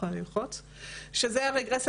שזה רגרסיה